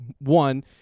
One